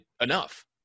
enough